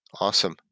Awesome